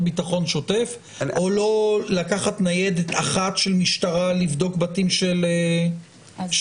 ביטחון שוטף או לקחת ניידת אחת של משטרה לבדוק בתים של חולים?